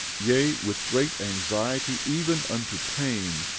yea, with great anxiety even unto pain,